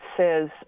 says